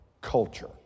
culture